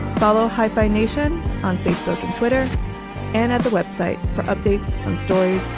follow hyphenation on facebook and twitter and at the web site for updates on stories